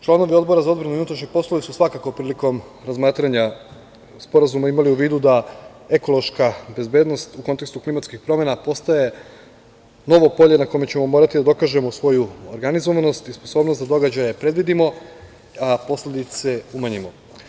Članovi Odbora za odbranu i unutrašnje poslove su svakako prilikom razmatranja sporazuma imali u vidu da ekološka bezbednost u kontekstu klimatskih promena postaje novo polje na kojem ćemo morati da dokažemo organizovanost i sposobnost da događaje predvidimo, a posledice umanjimo.